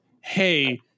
hey